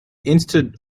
instead